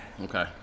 okay